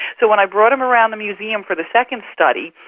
so when i brought them around the museum for the second study,